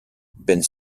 ben